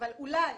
אולי